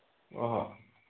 ꯑꯣ